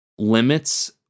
Limits